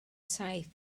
saith